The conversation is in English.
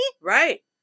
right